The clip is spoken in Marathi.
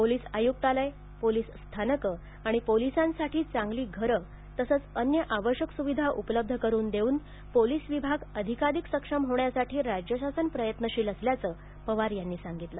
पोलीस आयुक्तालय पोलीस स्थानकं आणि पोलिसांसाठी चांगली घरे तसेच अन्य आवश्यक स्विधा उपलब्ध करुन देऊन पोलीस विभाग अधिकाधिक सक्षम होण्यासाठी राज्य शासन प्रयत्नशील असल्याचे पवार यांनी सांगितलं